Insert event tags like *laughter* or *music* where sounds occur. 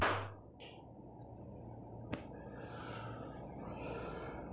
*breath*